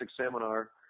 seminar